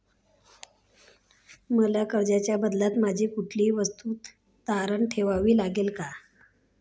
मला कर्जाच्या बदल्यात माझी कुठली वस्तू तारण ठेवावी लागेल का?